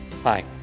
Hi